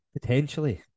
Potentially